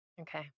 Okay